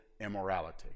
immorality